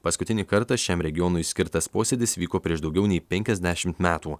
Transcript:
paskutinį kartą šiam regionui skirtas posėdis vyko prieš daugiau nei penkiasdešimt metų